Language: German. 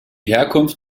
herkunft